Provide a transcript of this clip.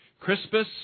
Crispus